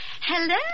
hello